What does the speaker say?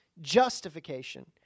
justification